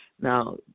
Now